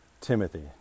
Timothy